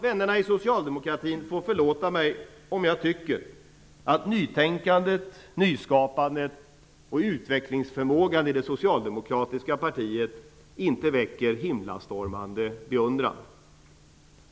Vännerna inom socialdemokratin får förlåta mig om jag tycker att nytänkandet, nyskapandet och utvecklingsförmågan i det socialdemokratiska partiet inte väcker någon himlastormande beundran.